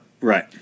Right